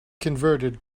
converted